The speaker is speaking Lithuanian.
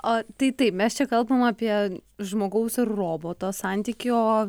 o tai taip mes čia kalbam apie žmogaus ir roboto santykį o